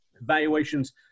Valuations